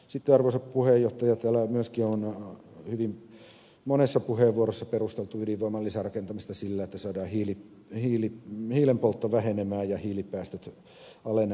sitten arvoisa puhemies täällä myöskin on hyvin monessa puheenvuorossa perusteltu ydinvoiman lisärakentamista sillä että saadaan hiilenpoltto vähenemään ja hiilipäästöt alenevalle uralle